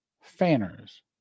fanners